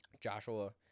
Joshua